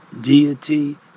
deity